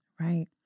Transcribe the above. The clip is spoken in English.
Right